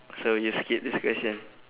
so you skip this question